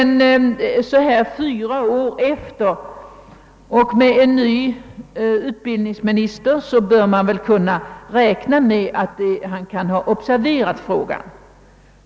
Nu, fyra år efter det tidigare beslutet och med en ny utbildningsminister, bör man emellertid kunna räkna med att denne har observerat frågan.